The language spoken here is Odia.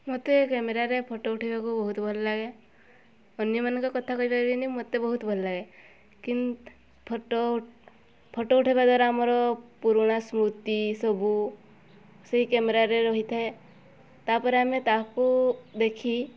ମୋତେ କ୍ୟାମେରାରେ ଫଟୋ ଉଠାଇବାକୁ ବହୁତ ଭଲ ଲାଗେ ଅନ୍ୟ ମାନଙ୍କ କଥା କହିପାରିବିନି ମୋତେ ବହୁତ ଭଲ ଲାଗେ ଫଟୋ ଫଟୋ ଉଠାଇବା ଦ୍ୱାରା ଆମର ପୁରୁଣା ସ୍ମୃତି ସବୁ ସେହି କ୍ୟାମେରାରେ ରହିଥାଏ ତା'ପରେ ଆମେ ତାକୁ ଦେଖି